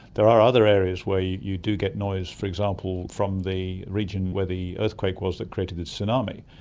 there are other areas where you you do get noise, for example, from the region where the earthquake was that created the tsunami,